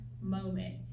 moment